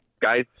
guys